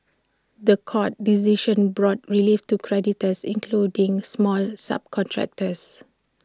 The Court decision brought relief to creditors including smaller subcontractors